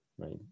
right